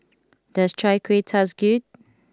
does Chai Kueh taste good